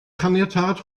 caniatâd